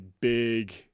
big